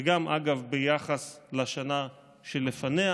ואגב, גם ביחס לשנה שלפניה.